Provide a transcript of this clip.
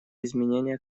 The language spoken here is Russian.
изменения